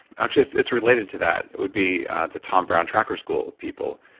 actually, it's it's related to that. it would be the tom brown tracker school people.